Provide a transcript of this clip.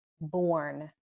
born